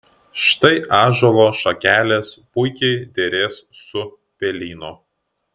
štai ąžuolo šakelės puikiai derės su pelyno